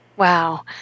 Wow